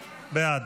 בעד.